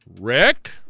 Rick